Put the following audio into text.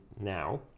now